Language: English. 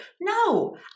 No